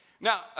Now